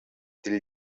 dil